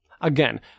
Again